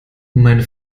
meine